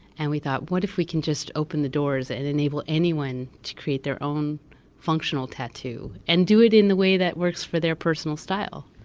and we thought, what is we can just open the doors and enable anyone to create their own functional tattoo and do it in the way that works for their personal style?